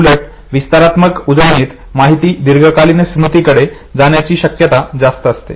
याउलट विस्तारात्मक उजळणीत माहिती दीर्घकालीन स्मृतिकडे जाण्याची शक्यता जास्त असते